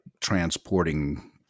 transporting